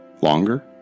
longer